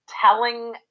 telling